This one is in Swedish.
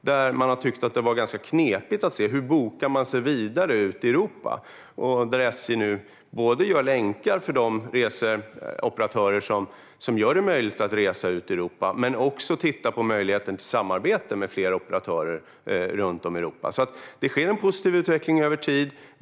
Det har varit ganska knepigt att se hur man bokar sig vidare ut i Europa. SJ gör nu länkar för de reseoperatörer som gör det möjligt att resa ut i Europa men tittar också på möjligheten till samarbete med flera operatörer runt om i Europa. Det sker alltså en positiv utveckling över tid.